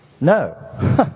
No